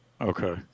Okay